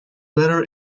weather